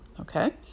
okay